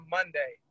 Monday